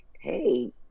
hey